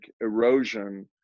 erosion